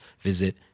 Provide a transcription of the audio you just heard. visit